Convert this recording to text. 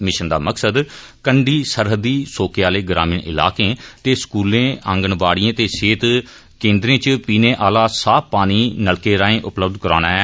mission दा मकसद कंडी सरहदी सोके आले ग्रामीण इलाकें ते स्कूलें आंगनबाड़ियें ते सेहत केन्द्रें च पीने आला साफ पानी नलके रांहे उपलब्ध कराना ऐ